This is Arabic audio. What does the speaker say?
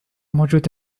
موجود